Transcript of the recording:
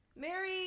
Mary